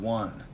one